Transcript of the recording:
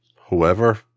whoever